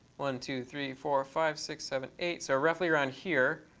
one, two, three, four, five, six, seven, eight, so roughly around here.